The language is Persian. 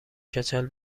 کچل